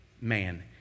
Man